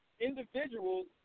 individuals